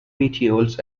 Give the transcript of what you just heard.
petioles